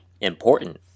important